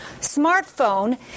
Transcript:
smartphone